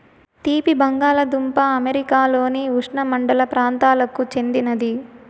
తీపి బంగాలదుంపలు అమెరికాలోని ఉష్ణమండల ప్రాంతాలకు చెందినది